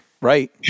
Right